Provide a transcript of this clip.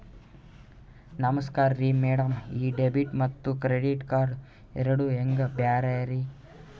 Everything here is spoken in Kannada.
ನಮಸ್ಕಾರ್ರಿ ಮ್ಯಾಡಂ ಈ ಡೆಬಿಟ ಮತ್ತ ಕ್ರೆಡಿಟ್ ಕಾರ್ಡ್ ಎರಡೂ ಹೆಂಗ ಬ್ಯಾರೆ ರಿ?